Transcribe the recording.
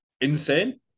insane